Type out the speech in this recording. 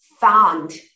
found